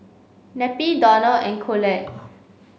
Neppie Donal and Coolidge